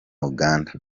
uganda